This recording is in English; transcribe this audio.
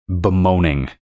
bemoaning